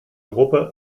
gruppe